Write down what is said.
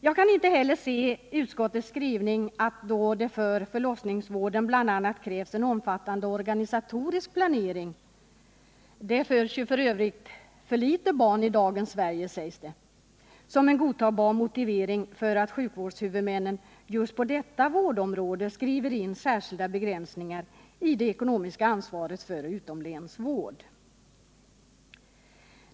Jag kan inte heller se utskottets skrivning att det för förlossningsvården bl.a. krävs en omfattande organisatorisk planering som en godtagbar motivering — det föds ju för få barn i dagens Sverige, sägs det — för att sjukvårdshuvudmännen just på detta vårdområde skriver in särskilda begränsningar i det ekonomiska ansvaret för utomlänsvård.